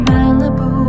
Malibu